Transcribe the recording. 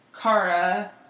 Kara